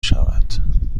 شود